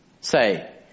say